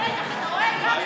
כל מדינת ישראל זה ארץ,